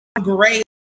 Great